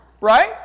Right